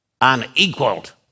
unequaled